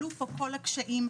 עלו פה כל הקשיים,